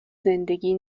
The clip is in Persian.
زندگی